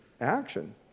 action